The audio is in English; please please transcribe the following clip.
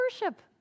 worship